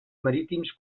marítims